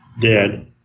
dead